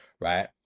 right